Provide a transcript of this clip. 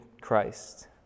Christ